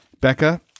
Becca